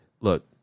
look